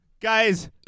Guys